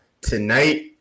tonight